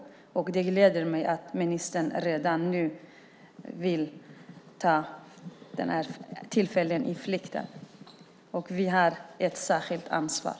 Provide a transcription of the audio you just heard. Det gläder mig att ministern redan nu vill fånga tillfället i flykten. Vi har ett särskilt ansvar.